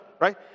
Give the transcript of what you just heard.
right